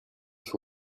who